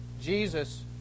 Jesus